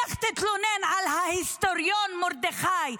לך תתלונן על ההיסטוריון מרדכי,